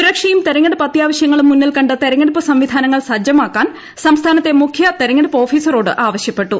സുരക്ഷയും തെരഞ്ഞെടുപ്പ് അത്യാവശ്യങ്ങളും മുന്നിൽക്കണ്ട് തെരഞ്ഞെടുപ്പ് സംവിധാനങ്ങൾ സജ്ജമാക്കാൻ സംസ്ഥാനത്തെ മൂഖ്യ തെരഞ്ഞെടൂപ്പ് ഓഫീസിറോട് ആവശ്യപ്പെട്ടു